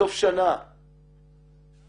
בסוף שנה, כמה?